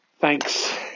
Thanks